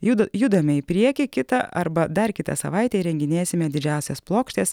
juda judame į priekį kitą arba dar kitą savaitę įrenginėsime didžiąsias plokštes